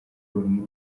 volleyball